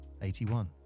81